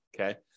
Okay